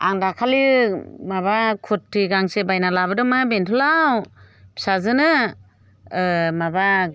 आं दाखालि माबा खुरथि गंसे बायना लाबोदोंमोन बेंथलाव फिसाजोनो माबा